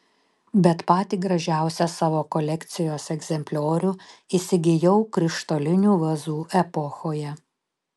bet patį gražiausią savo kolekcijos egzempliorių įsigijau krištolinių vazų epochoje